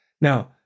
Now